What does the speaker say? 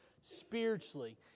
spiritually